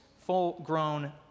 full-grown